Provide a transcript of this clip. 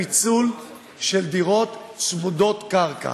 פיצול של דירות צמודות קרקע